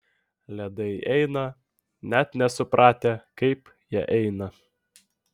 ledai eina net nesupratę kaip jie eina